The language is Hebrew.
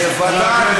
בוודאי.